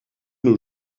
nos